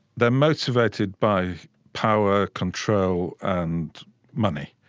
they are motivated by power, control, and money.